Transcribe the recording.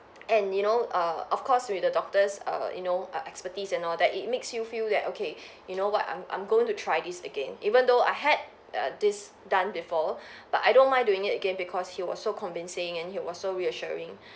and you know err of course with the doctors err you know err expertise and all that it makes you feel that okay you know what I'm I'm going to try this again even though I had err this done before but I don't mind doing it again because he was so convincing and he was so reassuring